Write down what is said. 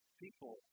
people